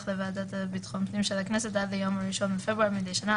לוועדת ביטחון הפנים של הכנסת עד ליום 1 פברואר מדי שנה,